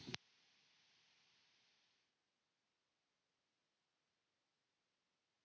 Kiitos.